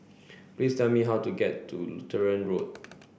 please tell me how to get to Lutheran Road